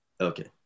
Okay